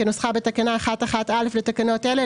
כנוסחה בתקנה 1(1)(א) לתקנות אלה,